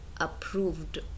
approved